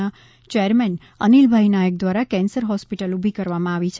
ના ચેરમેન અનિલભાઈ નાયક દ્વારા કેન્સર હોસ્પિટલ ઊભી કરવામાં આવી છે